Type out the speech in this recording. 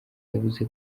yavuze